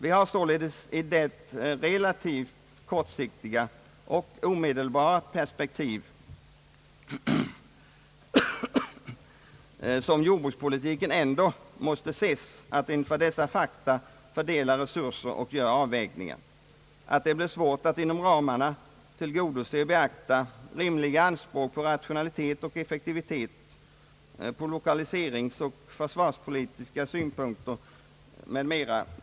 Vi har således i det relativt kortsiktiga och omedelbara perspektiv som jordbrukspolitiken ändå måste ses i att inför dessa fakta fördela resurser och göra avvägningar. Att det blir svårt att inom ramarna tillgodose och beakta rimliga anspråk på rationalitet och effektivitet på lokaliseringsoch försvarspolitiska synpunkter etc.